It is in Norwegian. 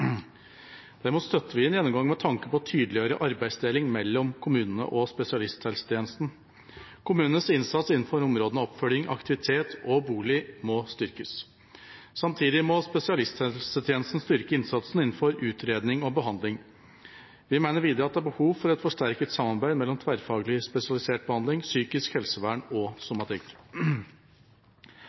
støtter vi en gjennomgang med tanke på å tydeliggjøre arbeidsdeling mellom kommunene og spesialisthelsetjenesten. Kommunenes innsats innenfor områdene oppfølging, aktivitet og bolig må styrkes. Samtidig må spesialisthelsetjenesten styrke innsatsen innenfor utredning og behandling. Vi mener videre at det er behov for et forsterket samarbeid mellom tverrfaglig spesialisert behandling, psykisk helsevern og somatikk.